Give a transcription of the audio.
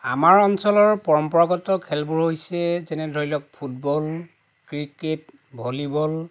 আমাৰ অঞ্চলৰ পৰম্পৰাগত খেলবোৰ হৈছে যেনে ধৰি লওক ফুটবল ক্ৰিকেট ভলীবল